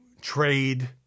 trade